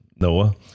Noah